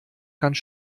ganz